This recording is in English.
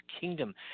kingdom